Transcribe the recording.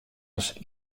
ris